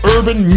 Urban